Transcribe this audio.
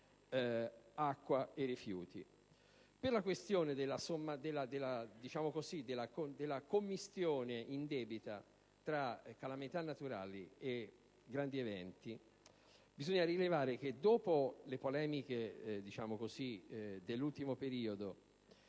la questione della commistione indebita tra calamità naturali e grandi eventi, bisogna rilevare che, dopo le polemiche dell'ultimo periodo